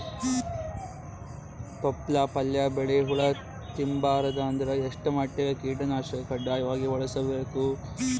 ತೊಪ್ಲ ಪಲ್ಯ ಬೆಳಿ ಹುಳ ತಿಂಬಾರದ ಅಂದ್ರ ಎಷ್ಟ ಮಟ್ಟಿಗ ಕೀಟನಾಶಕ ಕಡ್ಡಾಯವಾಗಿ ಬಳಸಬೇಕು?